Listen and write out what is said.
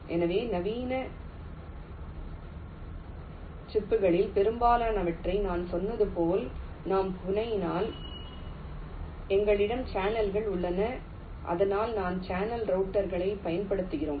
எனவே நவீன சில்லுகளில் பெரும்பாலானவற்றை நான் சொன்னது போல் நான் புனையினால் எங்களிடம் சேனல்கள் உள்ளன அதனால்தான் சேனல் ரவுட்டர்களைப் பயன்படுத்துகிறோம்